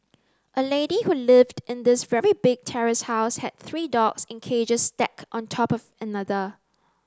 a lady who lived in this very big terrace house had three dogs in cages stacked on top of another